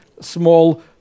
small